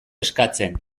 eskatzen